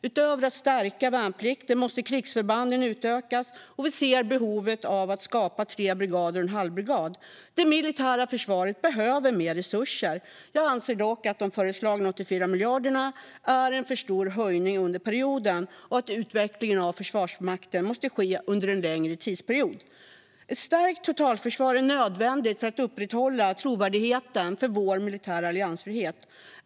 Utöver att stärka värnplikten måste krigsförbanden utökas, och vi ser behovet av att skapa tre brigader och en halvbrigad. Det militära försvaret behöver mer resurser. Jag anser dock att de föreslagna 84 miljarderna är en för stor höjning under perioden och att utvecklingen av Försvarsmakten måste ske under en längre tidsperiod. Ett stärkt totalförsvar är nödvändigt för att upprätthålla trovärdigheten för vår militära alliansfrihet.